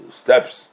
steps